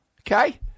Okay